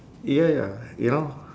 ya ya ya